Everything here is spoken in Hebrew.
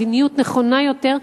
מדיניות נכונה יותר,